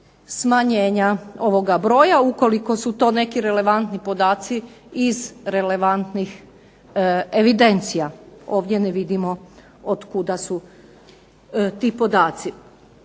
smanjenja ovoga broja ukoliko su to neki relevantni podaci iz relevantnih evidencija. Ovdje ne vidimo od kuda su ti podaci.